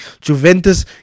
Juventus